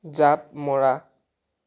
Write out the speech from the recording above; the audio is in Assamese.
জাপ মৰা